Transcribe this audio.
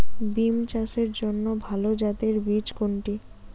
বিম চাষের জন্য ভালো জাতের বীজ কোনটি?